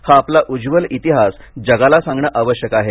हा आपला उज्ज्वल इतिहास जगाला सांगणं आवश्यक आहे